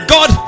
God